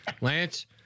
Lance